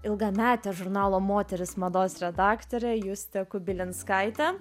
ilgametė žurnalo moteris mados redaktorė justė kubilinskaitė